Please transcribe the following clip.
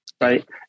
right